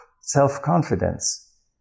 self-confidence